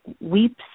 weeps